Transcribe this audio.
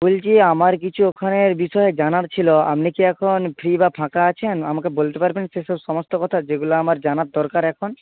বলছি আমার কিছু ওখানের বিষয়ে জানার ছিল আপনি কি এখন ফ্রি বা ফাঁকা আছেন আমাকে বলতে পারবেন সেসব সমস্ত কথা যেগুলো আমার জানার দরকার এখন